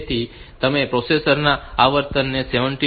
તેથી તમે પ્રોસેસર ના આવર્તનને 17